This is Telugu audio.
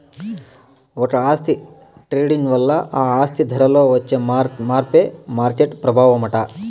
ఒక ఆస్తి ట్రేడింగ్ వల్ల ఆ ఆస్తి ధరలో వచ్చే మార్పే మార్కెట్ ప్రభావమట